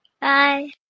Bye